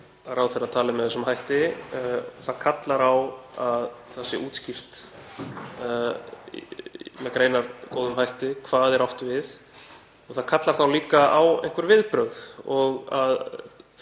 að ráðherra tali með þessum hætti. Það kallar á að það sé útskýrt með greinargóðum hætti hvað átt er við. Það kallar líka á einhver viðbrögð og að